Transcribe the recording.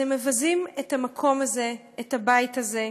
אתם מבזים את המקום הזה, את הבית הזה,